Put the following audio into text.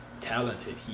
talented